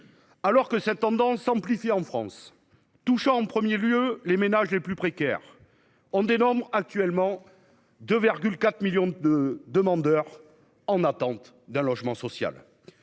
tendance à la pénurie s’amplifie en France, touchant en premier lieu les ménages les plus précaires : on dénombre actuellement 2,4 millions de demandeurs en attente d’un logement social.